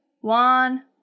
one